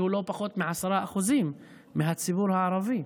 שהוא לא פחות מ-10% מהציבור הערבי.